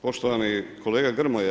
Poštovani kolega Grmoja.